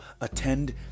attend